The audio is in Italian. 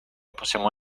possiamo